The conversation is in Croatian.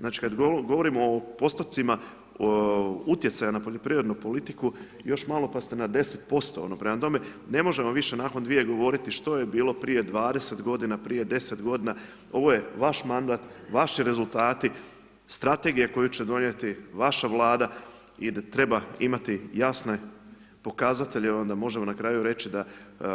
Znači kad govorimo o postotcima utjecaja na poljoprivrednu politiku, još malo pa ste na 10% prema tome, ne možemo više nakon 2 govoriti što je bilo prije 20 g., prije 10 g., ovo je vaš mandat, vaši rezultati, strategija koju će donijeti vaša Vlada i treba imati jasne pokazatelje, onda možemo na kraju reći da